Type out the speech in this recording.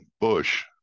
Bush